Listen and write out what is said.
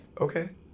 Okay